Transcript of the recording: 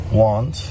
want